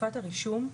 בתקופת הרישום,